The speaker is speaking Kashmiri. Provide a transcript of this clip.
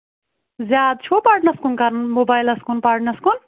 زیادٕ چھُوا پرنس کُن کران موبایلس کُن پرنس کُن